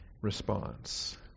response